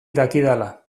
dakidala